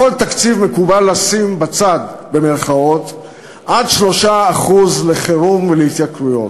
בכל תקציב מקובל "לשים בצד" עד 3% לחירום ולהתייקרויות.